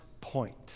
point